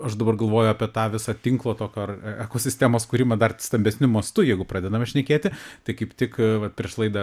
aš dabar galvoju apie tą visą tinklo tokio ar ekosistemos kūrimą dar stambesniu mastu jeigu pradedame šnekėti tai kaip tik va prieš laidą